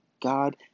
God